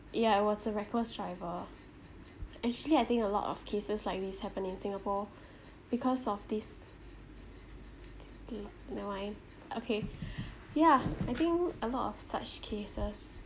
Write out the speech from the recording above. yeah it was a reckless driver actually I think a lot of cases like this happen in singapore because of this never mind okay yeah I think a lot of such cases